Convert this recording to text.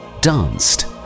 danced